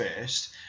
first